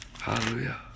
Hallelujah